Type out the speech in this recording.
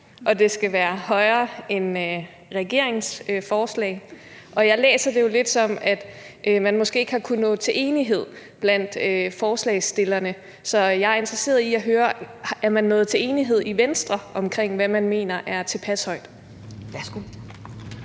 at det skal være højere end regeringens forslag. Og jeg læser det jo lidt sådan, at man måske ikke har kunnet nå til enighed blandt forslagsstillerne bag forslaget til vedtagelse. Så jeg er interesseret i at høre: Er man nået til enighed i Venstre om, hvad man mener er tilpas højt? Kl.